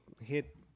hit